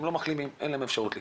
לא מחלימים ואין להם אפשרות להיכנס.